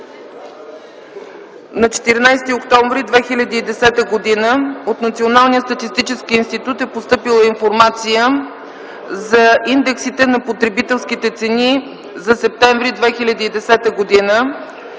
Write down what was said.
На 14 октомври 2010 г. от Националния статистически институт е постъпила Информация за индексите на потребителските цени за м. септември 2010 г.;